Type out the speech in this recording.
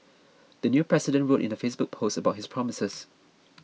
the new president wrote in a Facebook post about his promises